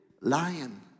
Lion